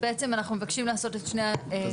אז בעצם אנחנו מבקשים לעשות את שני התיקונים האלה.